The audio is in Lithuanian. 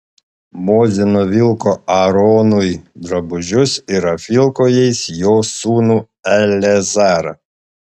mozė nuvilko aaronui drabužius ir apvilko jais jo sūnų eleazarą